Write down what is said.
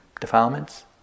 defilements